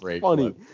funny